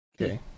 okay